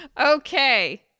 Okay